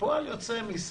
וכפועל יוצא מן